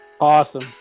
awesome